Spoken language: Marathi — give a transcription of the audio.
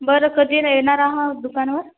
बरं कधी येणार हा दुकानावर